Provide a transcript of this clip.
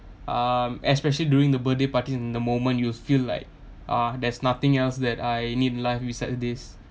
um especially during the birthday party in the moment you will feel like ah there's nothing else that I need life besides this